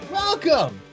welcome